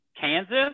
Kansas